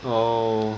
oh